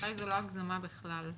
--- זו לא הגזמה בכלל.